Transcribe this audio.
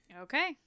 Okay